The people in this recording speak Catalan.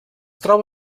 troba